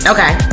Okay